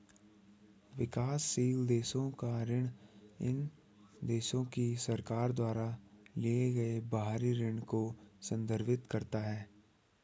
विकासशील देशों का ऋण इन देशों की सरकार द्वारा लिए गए बाहरी ऋण को संदर्भित करता है